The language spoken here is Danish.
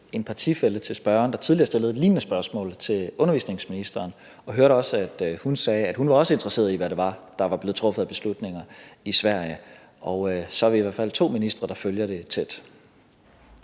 en partifælle til spørgeren, der tidligere stillede et lignende spørgsmål til børne- og undervisningsministeren, og jeg hørte også, at hun sagde, at hun også er interesseret i, hvad det er, der er truffet af beslutninger i Sverige. Så vi er i hvert fald to ministre, der følger det tæt.